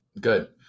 Good